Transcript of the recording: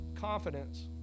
confidence